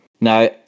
now